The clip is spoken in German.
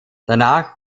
danach